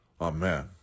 Amen